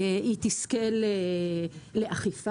היא תזכה לאכיפה.